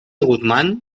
guzmán